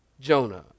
Jonah